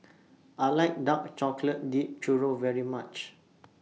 I like Dark Chocolate Dipped Churro very much